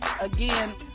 Again